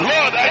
Lord